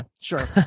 sure